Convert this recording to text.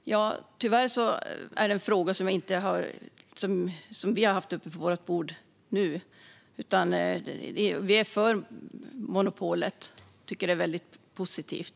Fru talman! Tyvärr är detta en fråga som vi inte haft uppe på vårt bord. Vi är för monopolet och tycker att det är positivt.